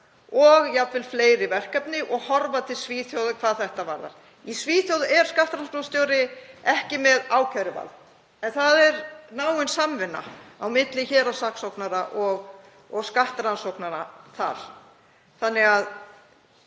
og jafnvel fleiri verkefni, og horfa til Svíþjóðar hvað þetta varðar. Í Svíþjóð er skattrannsóknarstjóri ekki með ákæruvald en náin samvinna er á milli héraðssaksóknara og skattrannsókna þar. Til